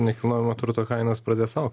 nekilnojamo turto kainos pradės augt